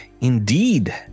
indeed